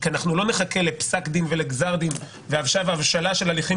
כי לא נצטרך לחכות לפסק דין ולגזר דין כמה שנים,